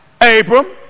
Abram